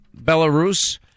Belarus